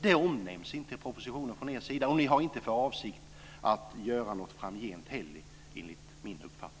De omnämns inte i propositionen från er sida, och ni har inte för avsikt att göra något framgent heller, enligt min uppfattning.